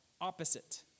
Opposite